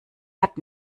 hat